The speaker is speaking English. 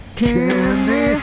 candy